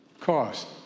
Cost